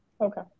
Okay